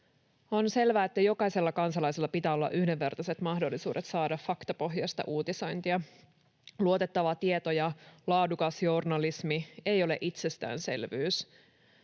On selvää, että jokaisella kansalaisella pitää olla yhdenvertaiset mahdollisuudet saada faktapohjaista uutisointia. Luotettava tieto ja laadukas journalismi eivät ole itsestäänselvyys.